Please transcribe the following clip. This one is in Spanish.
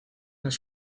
las